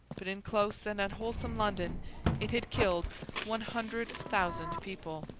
but in close and unwholesome london it had killed one hundred thousand people.